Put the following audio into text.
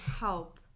help